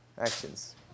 actions